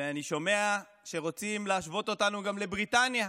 ואני שומע שרוצים להשוות אותנו גם לבריטניה,